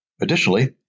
Additionally